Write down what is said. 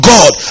God